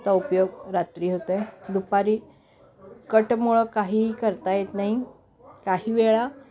चा उपयोग रात्री होतोय दुपारी कटमळ काहीही करता येत नाही काही वेळा